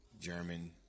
German